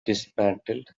dismantled